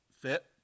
fit